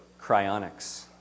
cryonics